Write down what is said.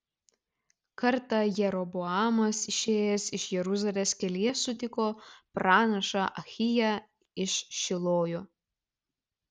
kartą jeroboamas išėjęs iš jeruzalės kelyje sutiko pranašą ahiją iš šilojo